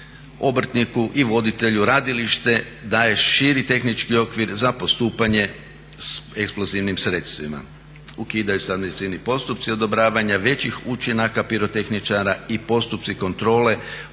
obrtniku i voditelju radilišta daje širi tehnički okvir za postupanja sa eksplozivnim sredstvima. Ukidaju se administrativni postupci odobravanja većih učinaka pirotehničara i postupci kontrole